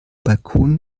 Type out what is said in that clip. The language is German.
balkon